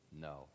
No